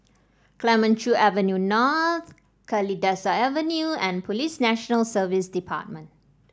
Clemenceau Avenue North Kalidasa Avenue and Police National Service Department